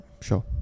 Sure